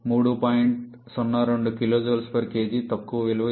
02 kJkg తక్కువ విలువ వస్తోంది